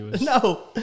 No